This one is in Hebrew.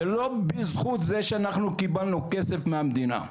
זה לא בזכות זה שאנחנו קיבלנו כסף מהמדינה.